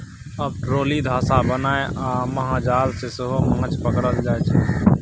आब ट्रोली, धासा बनाए आ महाजाल सँ सेहो माछ पकरल जाइ छै